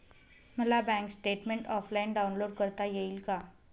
मला bank statement offline download करता येईल का?